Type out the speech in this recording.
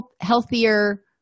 healthier